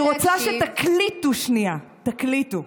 אז ברשותכם, אני רוצה שתקליטו שנייה, תקליטו.